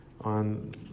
on